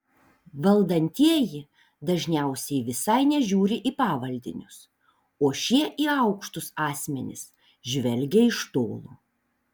valdantieji dažniausiai visai nežiūri į pavaldinius o šie į aukštus asmenis žvelgia iš tolo